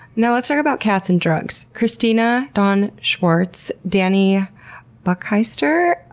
now let's talk about cats and drugs. christina, don schwartz, dani buchheister,